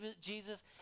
Jesus